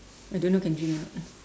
I don't know can drink or not